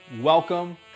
Welcome